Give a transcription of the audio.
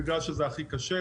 בגלל שזה הכי קשה.